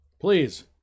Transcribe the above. please